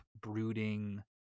brooding